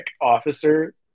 officer